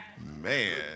Man